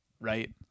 right